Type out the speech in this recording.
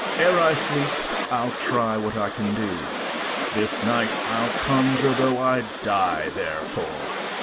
ere i sleep, i'll try what i can do this night i'll conjure, though i die therefore.